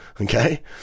okay